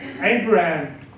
Abraham